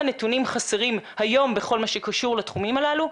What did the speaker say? נתונים חסרים היום בכל מה שקשור לתחומים הללו,